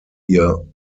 ihr